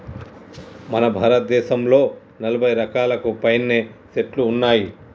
మన భారతదేసంలో నలభై రకాలకు పైనే సెట్లు ఉన్నాయి